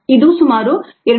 ಇದು ಸುಮಾರು 2